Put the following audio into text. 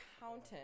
accountant